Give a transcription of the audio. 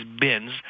bins